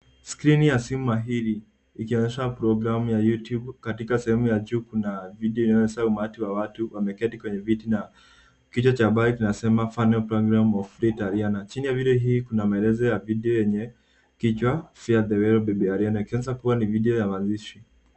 Screen ya simu mahiri ikionyesha programu ya YouTube. Katika sehemu ya juu kuna video inaonyesha umati wa watu wameketi kwenye viti na kichwa habari kinasema final program of Ariana . Chini ya video hii kuna maelezo ya video enye kichwa fare thee well Ariana . Inaeza Kua ni video ya mazishi.